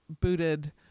booted